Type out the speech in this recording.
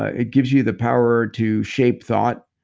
ah it gives you the power to shape thought,